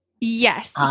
Yes